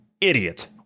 idiot